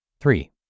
Three